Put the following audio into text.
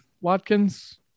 Watkins